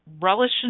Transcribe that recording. relish